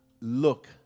look